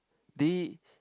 they